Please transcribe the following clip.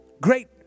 great